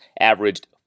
averaged